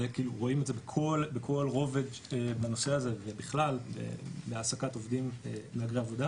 רואים את זה בכל רובד בנושא הזה ובכלל בהעסקת עובדים ומהגרי עבודה,